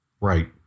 Right